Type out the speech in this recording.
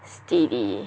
steady